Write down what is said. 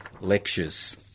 lectures